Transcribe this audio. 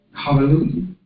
Hallelujah